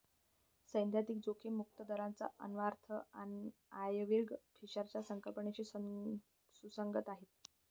सैद्धांतिक जोखीम मुक्त दराचा अन्वयार्थ आयर्विंग फिशरच्या संकल्पनेशी सुसंगत आहे